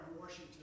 Washington